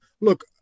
Look